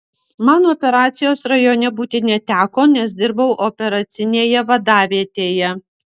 man operacijos rajone būti neteko nes dirbau operacinėje vadavietėje